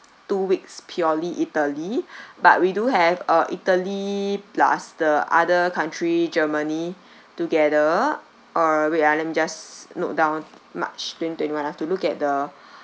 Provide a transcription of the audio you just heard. two weeks purely italy but we do have uh italy plus the other country germany together or wait ah let me just note down march twenty twenty one have to look at the